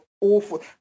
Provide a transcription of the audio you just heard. awful